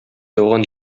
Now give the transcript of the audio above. яуган